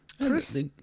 Chris